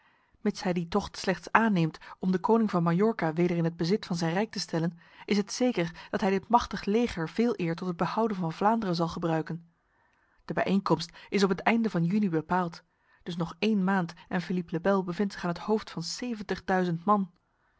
mits hij die tocht slechts aanneemt om de koning van majorca weder in het bezit van zijn rijk te stellen is het zeker dat hij dit machtig leger veeleer tot het behouden van vlaanderen zal gebruiken de bijeenkomst is op het einde van juni bepaald dus nog één maand en philippe le bel bevindt zich aan het hoofd van zeventigduizend man